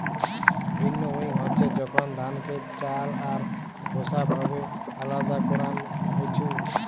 ভিন্নউইং হচ্ছে যখন ধানকে চাল আর খোসা ভাবে আলদা করান হইছু